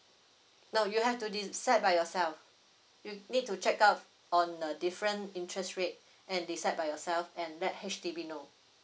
no you have to decide by yourself you need to check out on the different interest rate and decide by yourself and let H_D_B know